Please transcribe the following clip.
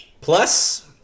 Plus